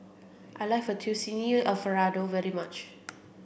I like Fettuccine Alfredo very much